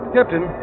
Captain